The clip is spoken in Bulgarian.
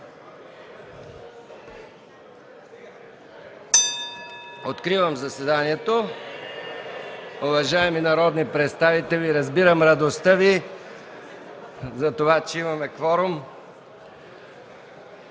възгласи: „Е-е-е!”) Уважаеми народни представители, разбирам радостта Ви за това, че имаме кворум.